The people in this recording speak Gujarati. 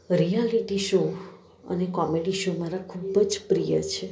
રિયાલિટી શો અને કોમેડી શો મારા ખૂબજ પ્રિય છે